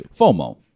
FOMO